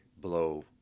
blow